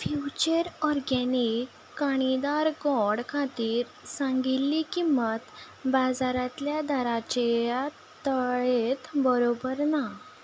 future organic कणीदार गोड खातीर सांगिल्ली किंमत बाजारांतल्या दरांच्या तळेंत बरोबर ना